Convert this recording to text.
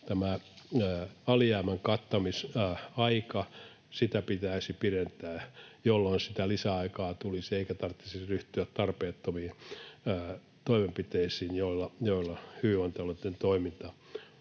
tätä alijäämän kattamisaikaa pitäisi pidentää, jolloin sitä lisäaikaa tulisi eikä tarvitsisi ryhtyä tarpeettomiin toimenpiteisiin, joilla hyvinvointialueitten toiminta